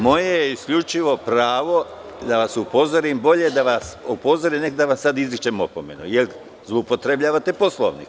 Moje je isključivo pravo da vas upozorim, bolje da vas upozorim, nego da vam sada izričem opomenu, jer zloupotrebljavate Poslovnik.